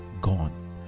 gone